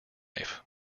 life